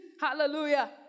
Hallelujah